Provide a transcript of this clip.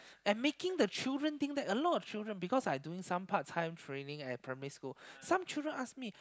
and making the children think that a lot of children because I doing some part time training at primary school some children ask me